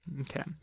Okay